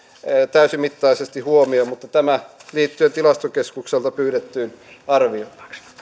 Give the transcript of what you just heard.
täysimittaisesti huomioon mutta tämä liittyen tilastokeskukselta pyydettyyn arvioon otetaan